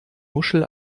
muschel